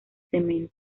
cemento